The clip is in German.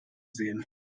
sehen